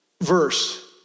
verse